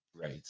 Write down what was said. Right